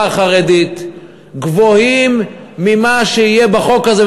החרדית גבוהים ממה שיהיה בחוק הזה,